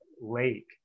lake